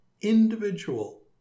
individual